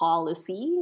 Policy